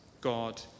God